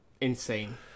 insane